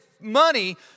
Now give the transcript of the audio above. money